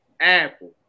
Apple